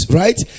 right